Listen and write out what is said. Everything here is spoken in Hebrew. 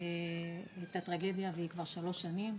זאת טרגדיה והיא כבר שלוש שנים,